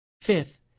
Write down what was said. Fifth